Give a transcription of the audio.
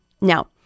Now